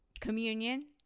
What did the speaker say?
communion